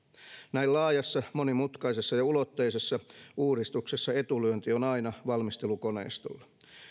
näin laajassa monimutkaisessa ja ulotteisessa uudistuksessa etulyönti on aina valmistelukoneistolla